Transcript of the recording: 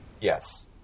Yes